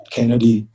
Kennedy